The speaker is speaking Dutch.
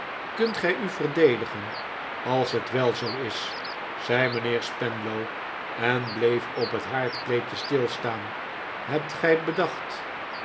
kunt gii u verdedigen als het wel zoo is zei mii'nheer spenlow en bleef op het haardkleedje stilstaan hebt gij bedacht